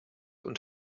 und